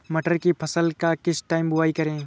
मटर की फसल का किस टाइम बुवाई करें?